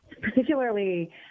particularly